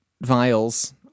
vials